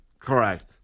Correct